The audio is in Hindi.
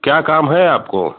क्या काम है आपको